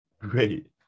great